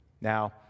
Now